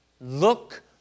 Look